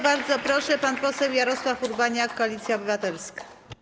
Bardzo proszę, pan poseł Jarosław Urbaniak, Koalicja Obywatelska.